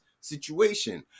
situation